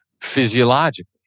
physiologically